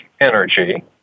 energy